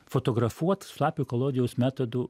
fotografuot šlapiojo kolodijaus metodu